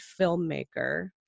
filmmaker